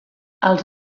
els